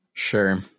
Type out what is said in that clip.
Sure